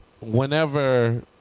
whenever